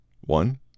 One